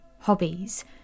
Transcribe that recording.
hobbies